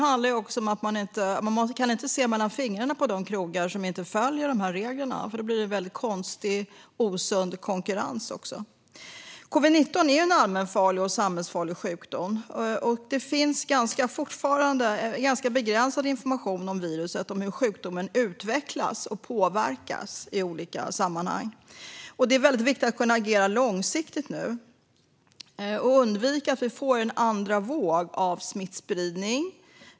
Man kan inte se mellan fingrarna på de krogar som inte följer reglerna, för då blir det en osund konkurrens. Covid-19 är en allmänfarlig och samhällsfarlig sjukdom. Det finns fortfarande en ganska begränsad information om viruset och om hur sjukdomen utvecklas och påverkas i olika sammanhang. Det är viktigt att kunna agera långsiktigt nu och undvika att vi får en andra våg av smittspridning.